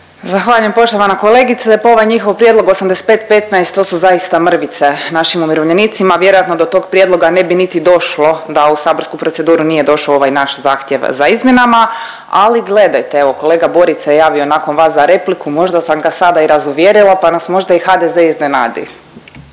Zahvaljujem poštovana kolegice. Pa ovaj njihov prijedlog 85:15 to su zaista mrvice našim umirovljenicima. Vjerojatno do tog prijedloga ne bi niti došlo da u saborsku proceduru nije došao ovaj naš zahtjev za izmjenama, ali gledajte evo kolega Borić se javio nakon vas za repliku. Možda sam ga sada i razuvjerila, pa nas možda i HDZ iznenadi.